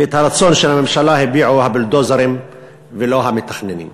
ואת הרצון של הממשלה הביעו הבולדוזרים ולא המתכננים.